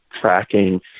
tracking